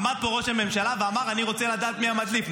עמד פה ראש הממשלה ואמר: אני רוצה לדעת מי המדליף.